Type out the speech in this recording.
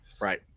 Right